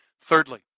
Thirdly